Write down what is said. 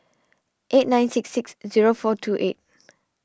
eight nine six six zero four two eight